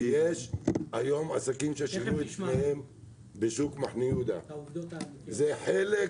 כי יש היום עסקים בשוק מחנה יהודה, זה חלק